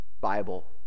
bible